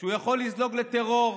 הוא יכול לזלוג לטרור,